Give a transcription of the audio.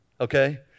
okay